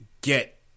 get